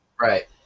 Right